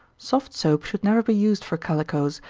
soft soap should never be used for calicoes,